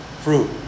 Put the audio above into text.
fruit